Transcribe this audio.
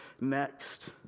next